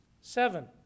Seven